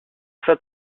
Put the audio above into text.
fin